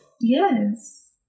Yes